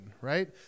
right